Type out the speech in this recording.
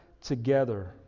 together